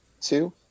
two